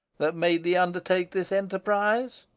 that made thee undertake this enterprise?